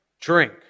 drink